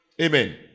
Amen